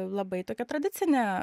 labai tokia tradicinė